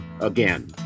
again